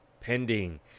pending